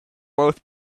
both